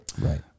Right